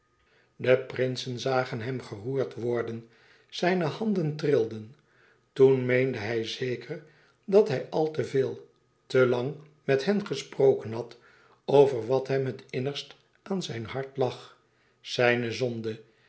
de prinsen zagen hem geroerd worden zijne handen trilden toen meende hij zeker dat hij al te veel te lang met hen gesproken had over wat hem innigst aan zijn hart lag zijne de